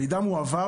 מידע מועבר.